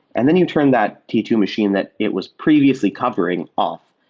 and then you turn that t two machine that it was previously covering off,